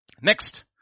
Next